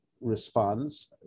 responds